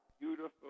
Beautiful